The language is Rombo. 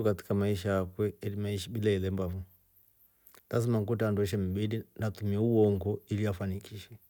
Katika maisha akwe ilimeishi bila ilemba fo lasma kwetre handu ishembidi atumie ho uongo ili afanikishe.